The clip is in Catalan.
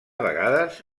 vegades